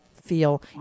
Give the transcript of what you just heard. feel